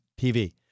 TV